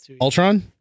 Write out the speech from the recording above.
ultron